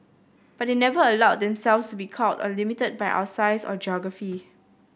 but they never allowed themselves to be cowed or limited by our size or geography